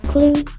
Clue